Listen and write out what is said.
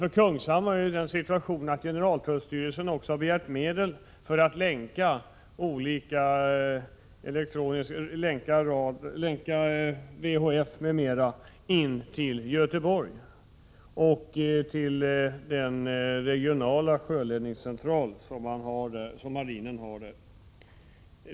För Kungshamn är förhållandet det att generaltullstyrelsen har begärt medel för att länka VHF m.m. in till Göteborg, till den regionala sjöledningscentral som marinen har där.